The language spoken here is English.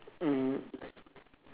mm